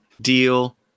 deal